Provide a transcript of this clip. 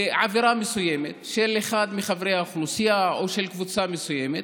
עבירה מסוימת של אחד מחברי האוכלוסייה או של קבוצה מסוימת,